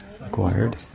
acquired